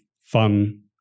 fun